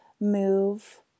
move